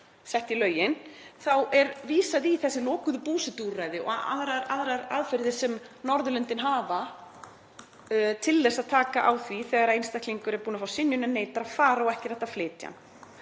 sett í lögin, er vísað í þessi lokuðu búsetuúrræði og aðrar aðferðir sem Norðurlöndin hafa til að taka á því þegar einstaklingur er búinn að fá synjun en neitar að fara og ekki er hægt að flytja hann.